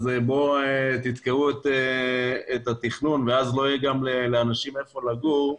אז בואו תתקעו את התכנון ואז לא יהיה גם לאנשים היכן לגור.